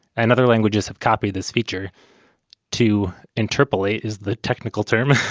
and other languages have copied this feature to interpolate, is the technical term,